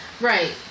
Right